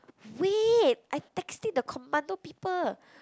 wait I texting the commando people